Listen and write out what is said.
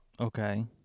Okay